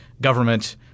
government